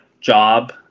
job